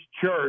church